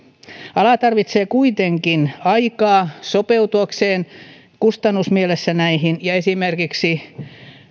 ala tarvitsee kuitenkin aikaa sopeutuakseen kustannusmielessä näihin esimerkiksi